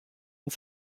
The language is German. und